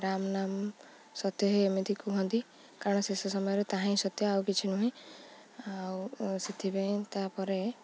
ରାମ ନାମ୍ ସତ୍ୟହେ ଏମିତି କୁହନ୍ତି କାରଣ ଶେଷ ସମୟରେ ତାହା ହିଁ ସତ୍ୟ ଆଉ କିଛି ନୁହେଁ ଆଉ ସେଥିପାଇଁ ତା'ପରେ